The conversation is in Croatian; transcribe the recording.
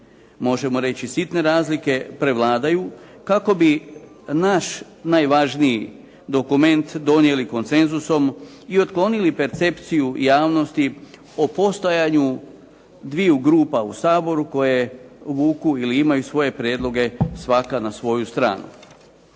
možemo reći sitne razlike, prevladaju kako bi naš najvažniji dokument donijeli konsenzusom i otklonili percepciju javnosti o postojanju dviju grupa u Saboru koje vuku ili imaju svoje prijedloge svaka na svoju stranu.